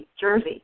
Jersey